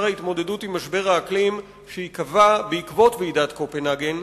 ההתמודדות עם משבר האקלים שייקבע בעקבות ועידת קופנהגן,